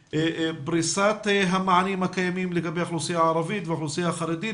פריסת המענים הקיימים לגבי האוכלוסייה הערבית והאוכלוסייה החרדית,